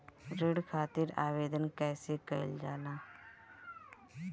ऋण खातिर आवेदन कैसे कयील जाला?